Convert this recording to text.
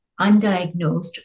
undiagnosed